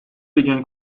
began